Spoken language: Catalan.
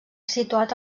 situat